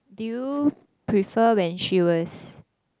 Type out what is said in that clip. do you prefer when she was